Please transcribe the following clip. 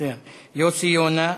יוסי יונה,